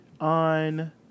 on